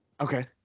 Okay